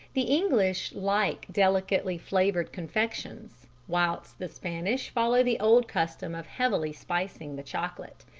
the english like delicately flavoured confections, whilst the spanish follow the old custom of heavily spicing the chocolate.